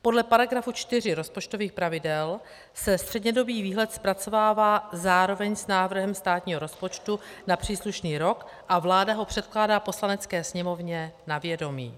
Podle § 4 rozpočtových pravidel se střednědobý výhled zpracovává zároveň s návrhem státního rozpočtu na příslušný rok a vláda ho předkládá Poslanecké sněmovně na vědomí.